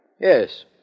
Yes